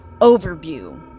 Overview